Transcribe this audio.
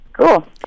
Cool